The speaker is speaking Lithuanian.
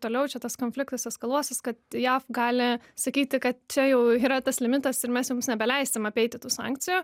toliau čia tas konfliktas eskaluosis kad jav gali sakyti kad čia jau yra tas limitas ir mes jums nebeleisim apeiti tų sankcijų